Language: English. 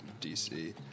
DC